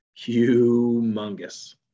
humongous